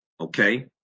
Okay